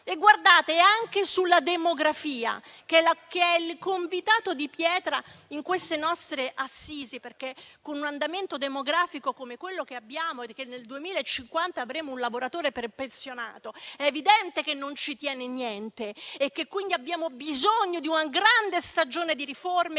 nulla, neanche sulla demografia, che è il convitato di pietra in queste nostre assise, perché, con un andamento demografico come quello che abbiamo (nel 2050 avremo un lavoratore per pensionato), è evidente che non si tiene nulla. Abbiamo bisogno di una grande stagione di riforme